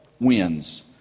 Wins